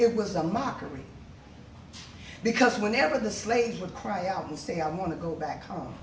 it was a mockery because whenever the slaves would cry out and say i want to go back home